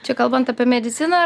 čia kalbant apie mediciną ar